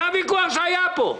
זה הוויכוח שהיה פה,